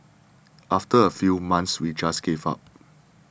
after a few months we just gave up